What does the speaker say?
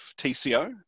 tco